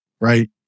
Right